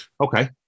Okay